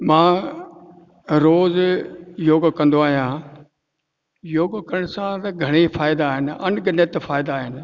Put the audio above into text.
मां रोज़ु योग कंदो आहियां योग करण सां त घणे ई फ़ाइदा आहिनि अनगिनत फ़ाइदा आहिनि